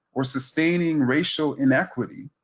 or sustaining racial inequity,